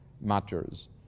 matters